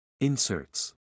Inserts